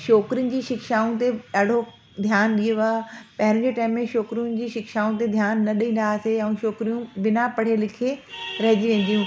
छोकिरियुनि जी शिक्षाउनि ते बि ॾाढो ध्यानु ॾियो आहे पंहिंजे टेम में छोकिरियुनि जी शिक्षाउनि ते ध्यानु न ॾींदा हुआसीं ऐं छोकिरियूं बिना पढ़े लिखे रहिजी वेंदियूं